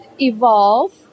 evolve